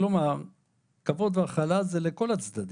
כלומר "כבוד" ו"הכלה" זה לכל הצדדים.